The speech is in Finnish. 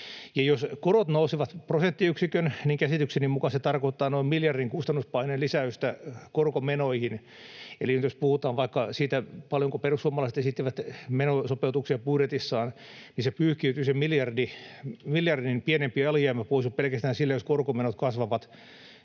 jos korot nousevat prosenttiyksikön, niin käsitykseni mukaan se tarkoittaa noin miljardin kustannuspaineen lisäystä korkomenoihin. Eli nyt jos puhutaan vaikka siitä, paljonko perussuomalaiset esittivät menosopeutuksia budjetissaan, niin pyyhkiytyy se miljardin pienempi alijäämä pois jo pelkästään sillä, jos korkomenot kasvavat